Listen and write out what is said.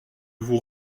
vous